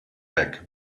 back